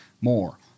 more